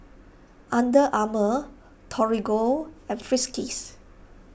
Under Armour Torigo and Friskies